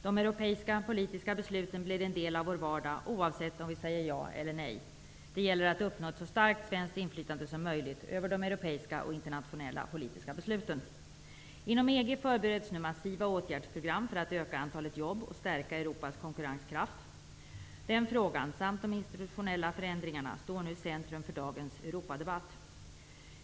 De europeiska politiska besluten blir en del av vår vardag oavsett om vi säger ja eller nej. Det gäller att uppnå ett så starkt svenskt inflytande som möjligt över de europeiska och internationella politiska besluten. Inom EG förbereds nu massiva åtgärdsprogram för att öka antalet jobb och stärka Europas konkurrenskraft. Den frågan, samt de institutionella förändringarna, står nu i centrum för dagens europadebatt.